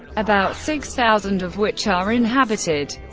about six thousand of which are inhabited.